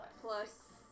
plus